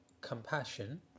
compassion